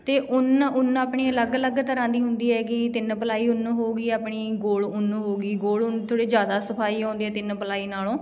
ਅਤੇ ਉਣ ਉਣ ਆਪਣੀ ਅਲੱਗ ਅਲੱਗ ਤਰ੍ਹਾਂ ਦੀ ਹੁੰਦੀ ਹੈਗੀ ਤਿੰਨ ਪਲਾਈ ਉਣ ਹੋ ਗਈ ਆਪਣੀ ਗੋਲ ਉਣ ਹੋ ਗਈ ਗੋਲ ਉਣ ਥੋੜ੍ਹੀ ਜ਼ਿਆਦਾ ਸਫਾਈ ਆਉਂਦੀ ਆ ਤਿੰਨ ਪਲਾਈ ਨਾਲੋਂ